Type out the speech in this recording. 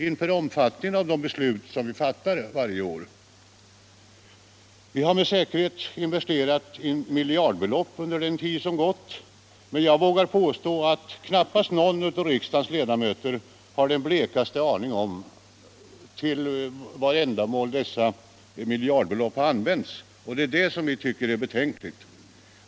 till omfattningen av de beslut av denna art som fattas varje år. Det har med säkerhet investerats miljardbelopp under den tid som gått, men trots det vågar jag påstå att knappast någon av riksdagens ledamöter har den blekaste aning om vilka ändamål dessa miljardbelopp har använts till. Det är detta som vi tycker är betänkligt.